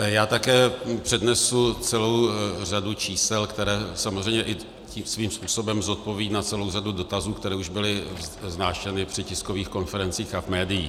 Já také přednesu celou řadu čísel, která samozřejmě svým způsobem zodpoví celou řadu dotazů, které už byly vznášeny při tiskových konferencích a v médiích.